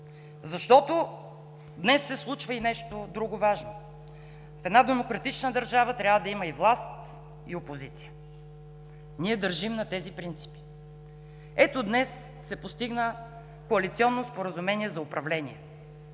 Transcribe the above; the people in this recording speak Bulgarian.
защото днес се случва и нещо друго важно – в една демократична държава трябва да има и власт, и опозиция. Ние държим на тези принципи. Ето, днес се постигна коалиционно споразумение за управление.